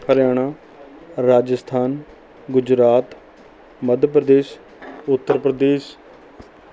Haryana Rajasthan Gujarat Madhya Pradesh Uttar Pradesh